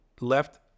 left